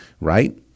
right